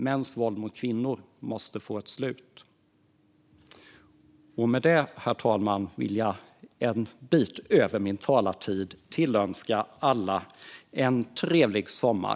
Mäns våld mot kvinnor måste få ett slut. Med detta, herr talman, vill jag tillönska alla en trevlig sommar!